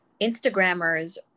Instagrammers